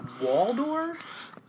Waldorf